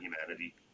humanity